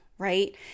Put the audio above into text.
Right